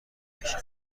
بشه